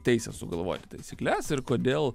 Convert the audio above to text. teisę sugalvoti taisykles ir kodėl